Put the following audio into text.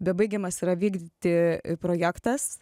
bebaigiamas yra vykdyti projektas